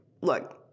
look